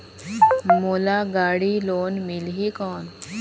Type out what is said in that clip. मोला गाड़ी लोन मिलही कौन?